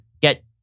get